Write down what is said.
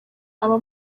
aba